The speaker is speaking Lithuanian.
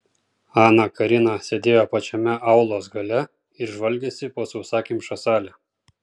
ana karina sėdėjo pačiame aulos gale ir žvalgėsi po sausakimšą salę